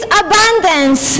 abundance